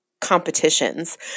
competitions